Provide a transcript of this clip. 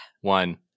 one